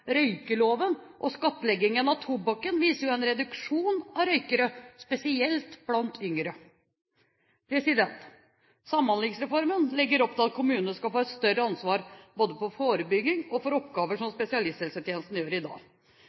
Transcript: Røykeloven og skattleggingen av tobakken viser jo en reduksjon av røykere, spesielt blant de yngre. Samhandlingsreformen legger opp til at kommunene skal få et større ansvar både for forebygging og for oppgaver som spesialisthelsetjenesten gjør i dag.